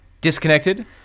disconnected